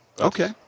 Okay